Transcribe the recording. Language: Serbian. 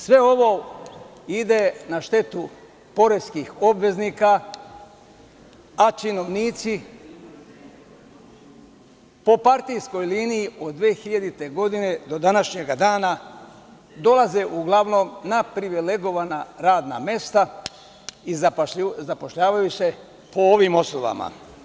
Sve ovo ide na štetu poreskih obveznika, a činovnici po partijskoj liniji od 2000. godine do današnjega dana, dolaze, uglavnom, na privilegovana radna mesta i zapošljavaju se po ovim osnovama.